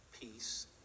peace